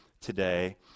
today